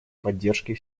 поддержкой